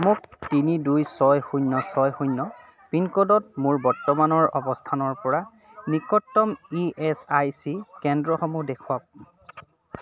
মোক তিনি দুই ছয় শূন্য ছয় শূন্য পিনক'ডত মোৰ বৰ্তমানৰ অৱস্থানৰ পৰা নিকটতম ই এছ আই চি কেন্দ্ৰসমূহ দেখুৱাওক